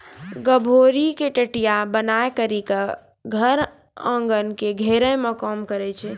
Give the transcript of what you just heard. गभोरी के टटया बनाय करी के धर एगन के घेरै मे काम करै छै